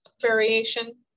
variation